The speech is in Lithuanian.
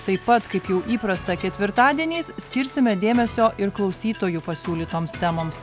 taip pat kaip jau įprasta ketvirtadieniais skirsime dėmesio ir klausytojų pasiūlytoms temoms